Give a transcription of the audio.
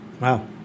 Wow